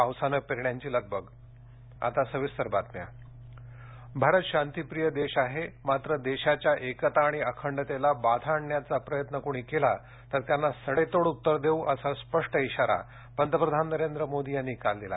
पावसाने पेरण्यांची लगबग पंतप्रधान मुख्यमंत्री बैठक भारत शांतीप्रिय देश आहे मात्र देशाच्या एकता आणि अखंडतेला बाधा आणण्याचा प्रयत्न कोणी केला तर त्यांना सडेतोड उत्तर देऊ असा स्पष्ट इशारा पंतप्रधान नरेंद्र मोदी यांनी काल दिला